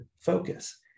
focus